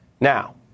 Now